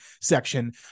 section